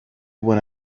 when